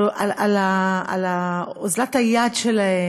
על אוזלת היד שלהם,